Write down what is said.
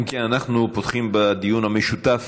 אם כן, אנחנו פותחים בדיון המשותף.